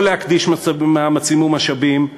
לא להקדיש מאמצים ומשאבים,